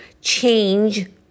change